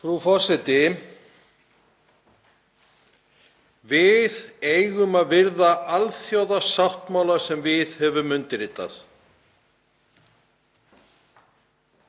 Frú forseti. Við eigum að virða alþjóðasáttmála sem við höfum undirritað.